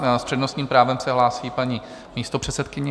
S přednostním právem se hlásí ještě paní místopředsedkyně.